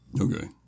Okay